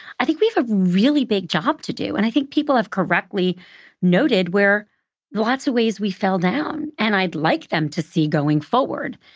i think we have a really big job to do. and i think people have correctly noted where lots of ways we fell down. and i'd like them to see, going forward,